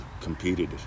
competed